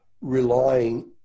relying